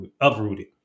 uprooted